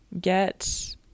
get